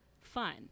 fun